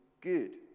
good